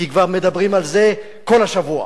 כי כבר מדברים על זה כל השבוע.